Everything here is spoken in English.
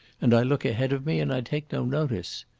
and i look ahead of me and i take no notice.